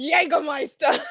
Jägermeister